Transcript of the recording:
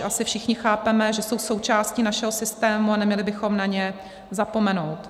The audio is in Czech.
Asi všichni chápeme, že jsou součástí našeho systému, a neměli bychom na ně zapomenout.